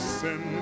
sin